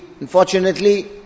Unfortunately